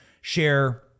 share